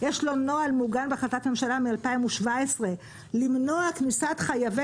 נוהל מוגן בהחלטת ממשלה מ-2017 למנוע כניסת חייבי